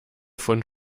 von